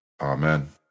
Amen